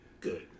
Good